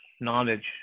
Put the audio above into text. knowledge